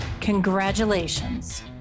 Congratulations